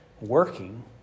working